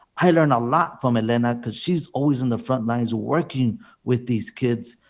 i learned a lot from alanna because she is always on the front lines working with these kids.